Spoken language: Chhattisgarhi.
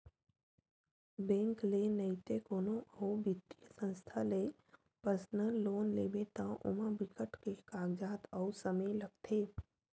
बेंक ले नइते कोनो अउ बित्तीय संस्था ले पर्सनल लोन लेबे त ओमा बिकट के कागजात अउ समे लागथे